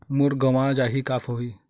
मोर गंवा जाहि का होही?